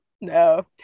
no